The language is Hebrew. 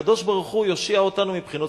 הקדוש-ברוך-הוא יושיע אותנו מבחינות